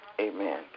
Amen